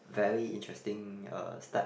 very interesting uh step